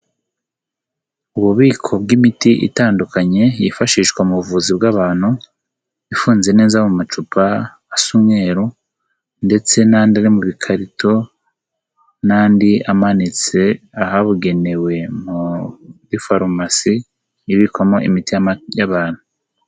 Ububiko bw'imiti itandukanye, yifashishwa mu buvuzi bw'abantu, ifunze neza mu macupa asa umweru ndetse n'andi ari mu bikarito n'andi amanitse ahabugenewe muri farumasi ibikwamo imiti y'abantu.